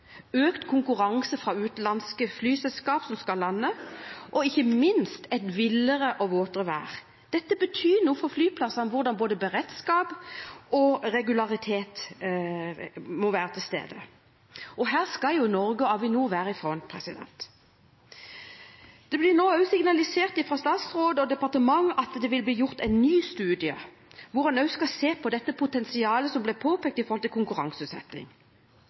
økt konkurranse fra utenlandske flyselskap som skal lande, og ikke minst et villere og våtere vær. Dette betyr noe for flyplassene, for hvordan både beredskap og regularitet må være til stede. Her skal Norge og Avinor være i front. Det blir nå signalisert fra statsråd og departement at det vil bli gjort en ny studie, hvor man også skal se på potensialet som ble påpekt når det gjelder konkurranseutsetting. Avinor må videreutvikles. Avinor må være i